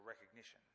recognition